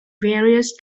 various